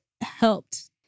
helped